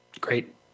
Great